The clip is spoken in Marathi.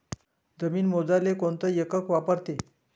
जमीन मोजाले कोनचं एकक वापरते?